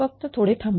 फक्त थोडे थांबा